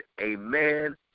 amen